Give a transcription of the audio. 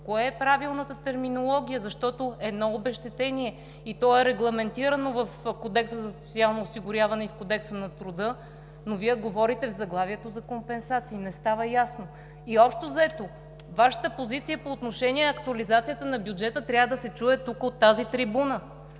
Коя е правилната терминология, защото едно е обезщетение и то е регламентирано в Кодекса за социално осигуряване и в Кодекса на труда, но в заглавието говорите за компенсации – не става ясно? И общо взето Вашата позиция по отношение актуализацията на бюджета трябва да се чуе тук от тази трибуна.